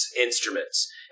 instruments